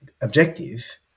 objective